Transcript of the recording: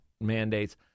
mandates